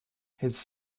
his